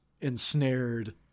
ensnared